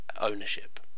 ownership